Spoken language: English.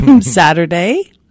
Saturday